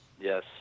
Yes